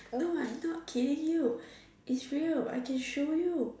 no I'm not kidding you it's real I can show you